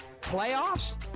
Playoffs